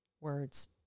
words